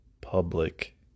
public